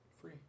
Free